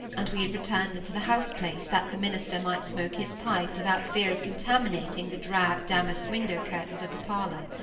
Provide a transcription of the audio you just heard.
and we had returned into the house-place that the minister might smoke his pipe without fear of contaminating the drab damask window-curtains of the parlour.